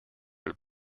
with